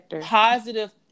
positive